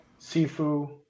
Sifu